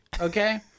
Okay